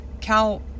Cal